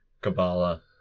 kabbalah